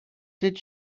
did